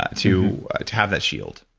ah to to have that shield?